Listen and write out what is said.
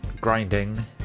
grinding